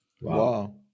Wow